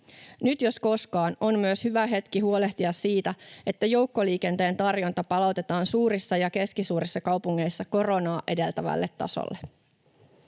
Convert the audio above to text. Nyt jos koskaan on myös hyvä hetki huolehtia siitä, että joukkoliikenteen tarjonta palautetaan suurissa ja keskisuurissa kaupungeissa koronaa edeltäneelle tasolle.